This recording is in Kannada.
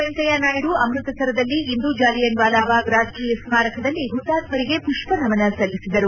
ವೆಂಕಯ್ನ ನಾಯ್ನು ಅಮೃತಸರದಲ್ಲಿಂದು ಜಲಿಯನ್ ವಾಲಾಬಾಗ್ ರಾಷ್ಷೀಯ ಸ್ನಾರಕದಲ್ಲಿ ಹುತಾತ್ಕರಿಗೆ ಪುಷ್ಪ ನಮನ ಸಲ್ಲಿಸಿದರು